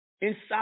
inside